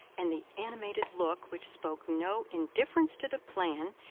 and the animated look which spoke no indifference to the plan,